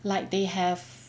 like they have